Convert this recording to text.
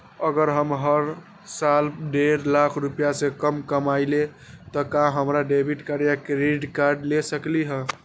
अगर हम हर साल डेढ़ लाख से कम कमावईले त का हम डेबिट कार्ड या क्रेडिट कार्ड ले सकली ह?